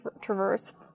traverse